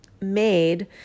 made